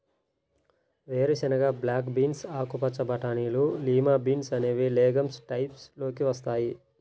వేరుశెనగ, black beans, ఆకుపచ్చ బటానీలు, లిమా బీన్స్ అనేవి లెగమ్స్ టైప్స్ లోకి వస్తాయి